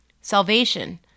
salvation